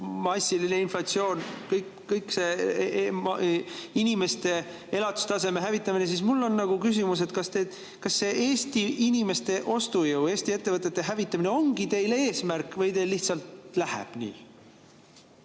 massiline inflatsioon, kõik see inimeste elatustaseme hävitamine –, siis mul on küsimus. Kas see Eesti inimeste ostujõu, Eesti ettevõtete hävitamine ongi teil eesmärk või teil lihtsalt läheb nii?